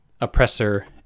oppressor